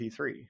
P3